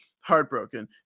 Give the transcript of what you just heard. heartbroken